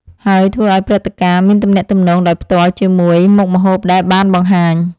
ហើយធ្វើឲ្យព្រឹត្តិការណ៍មានទំនាក់ទំនងដោយផ្ទាល់ជាមួយមុខម្ហូបដែលបានបង្ហាញ។